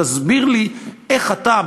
תסביר לי איך אתה,